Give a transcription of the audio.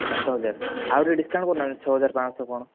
ସାତ ହଜାର ଆଉ ଟିକିଏ ଡ଼ିସ୍କାଉଣ୍ଟ୍ କରୁନାହାନ୍ତି ଛଅ ହଜାର ପାଞ୍ଚଶହ କ'ଣ